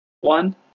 one